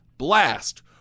blast